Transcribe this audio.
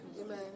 Amen